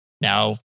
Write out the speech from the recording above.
Now